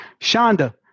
Shonda